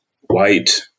white